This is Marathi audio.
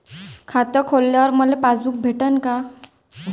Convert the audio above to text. खातं खोलल्यावर मले पासबुक भेटन का?